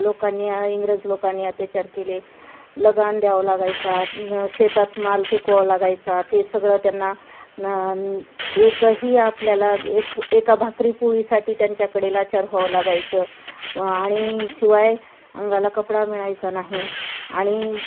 लोकांनी इंग्रज लोकांनी अत्याचार केले लगान द्यावं लागायचा न् शेतात माल पिकवावं लागायचा ते सगळं त्यांना न् न् एकही आपल्याला एक एका भाकरी पोळीसाठी त्यांच्याकडे लाचार व्हावं लागायचं व् आणि शिवाय अंगाला कपडा मिळायचा नाही आणि